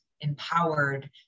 empowered